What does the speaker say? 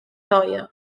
lawyer